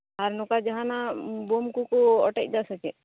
ᱟᱨ ᱱᱚᱝᱠᱟ ᱡᱟᱦᱟᱸᱱᱟᱜ ᱵᱳᱢ ᱠᱚᱠᱚ ᱚᱴᱮᱡ ᱮᱫᱟ ᱥᱮ ᱪᱮᱫ